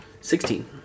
sixteen